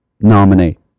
nominate